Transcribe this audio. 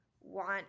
want